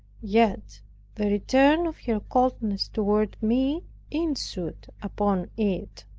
yet the return of her coldness toward me ensued upon it.